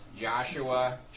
Joshua